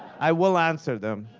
i will answer them.